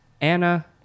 Anna